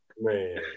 Man